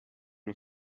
non